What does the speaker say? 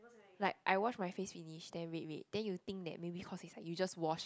like I wash my face finish then red red then you think that maybe cause it's like you just wash